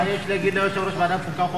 מה יש ליושב-ראש ועדת חוקה,